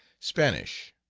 spanish.